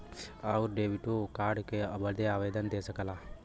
आउर डेबिटो कार्ड बदे आवेदन दे सकला